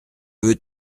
veux